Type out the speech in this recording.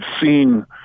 seen